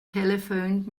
telephoned